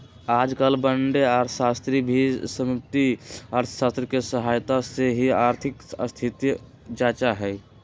आजकल बडे अर्थशास्त्री भी समष्टि अर्थशास्त्र के सहायता से ही आर्थिक स्थिति जांचा हई